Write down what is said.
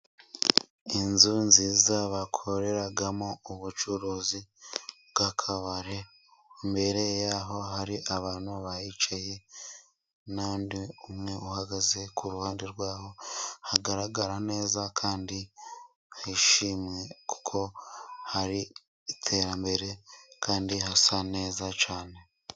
Inzu nziza bakoreramo ubucuruzi bw'akabari. Imbere yaho hari abantu bahicaye, n'umwe uhagaze. Ku ruhande rwaho hagaragara neza kandi hishimiwe kuko hari iterambere kandi hasa neza cyane.